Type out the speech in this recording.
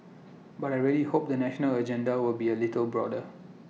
but I really hope the national agenda will be A little broader